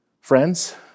Friends